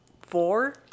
four